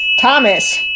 Thomas